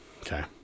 Okay